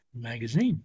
Magazine